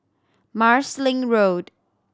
Marsiling Road